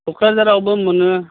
क'क्राझारावबो मोनो